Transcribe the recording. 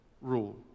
rule